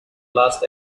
last